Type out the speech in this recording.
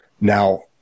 Now